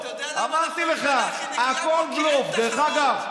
אתה יודע למה אנחנו המפלגה הכי נקייה פה?